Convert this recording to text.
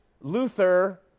Luther